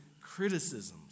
criticisms